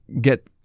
get